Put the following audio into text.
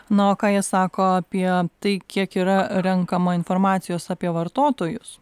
na o ką jie sako apie tai kiek yra renkama informacijos apie vartotojus